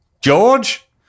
George